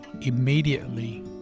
immediately